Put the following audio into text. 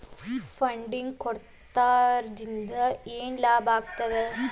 Funding ಕೊಡೊದ್ರಿಂದಾ ಏನ್ ಲಾಭಾಗ್ತದ?